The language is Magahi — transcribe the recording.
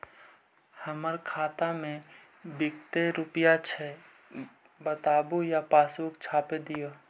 हमर खाता में विकतै रूपया छै बताबू या पासबुक छाप दियो?